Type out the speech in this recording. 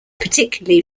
particularly